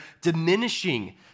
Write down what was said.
diminishing